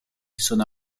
sono